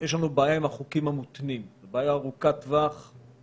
יש לנו בעיה ארוכת טווח עם החוקים המותנים.